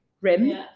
rim